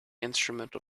instrumental